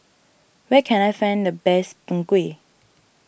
where can I find the best Png Kueh